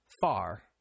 Far